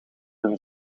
een